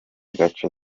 gace